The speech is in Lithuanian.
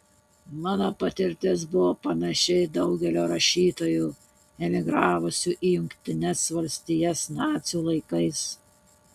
mano patirtis buvo panaši į daugelio rašytojų emigravusių į jungtines valstijas nacių laikais